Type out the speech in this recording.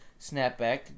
snapback